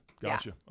Gotcha